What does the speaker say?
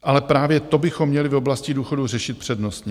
Ale právě to bychom měli v oblasti důchodů řešit přednostně.